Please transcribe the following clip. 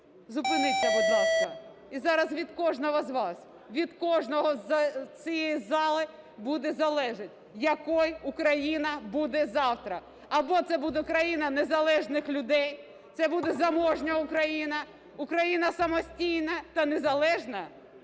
зупиніться, будь ласка. І зараз від кожного з вас, від кожного з цієї зали буде залежати, якою Україна буде завтра. Або це буде країна незалежних людей, це буде заможна Україна, Україна самостійна та незалежна,